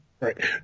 Right